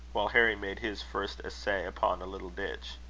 while harry made his first essay upon a little ditch.